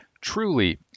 Truly